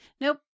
Nope